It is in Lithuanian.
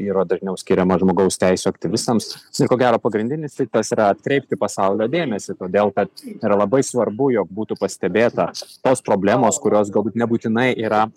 yra dažniau skiriama žmogaus teisių aktyvistams ir ko gero pagrindinis tikslas yra atkreipti pasaulio dėmesį todėl kad yra labai svarbu jog būtų pastebėta tos problemos kurios galbūt nebūtinai yra